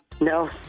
No